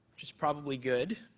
which is probably good.